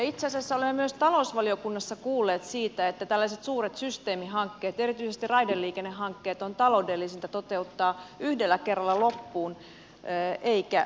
itse asiassa olemme myös talousvaliokunnassa kuulleet siitä että tällaiset suuret systeemihankkeet erityisesti raideliikennehankkeet on taloudellisinta toteuttaa yhdellä kerralla loppuun eikä pötköissä